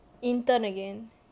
intern again